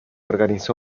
organizó